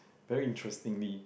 very interestingly